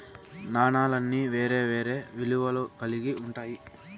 నాణాలన్నీ వేరే వేరే విలువలు కల్గి ఉంటాయి